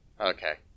Okay